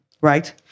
right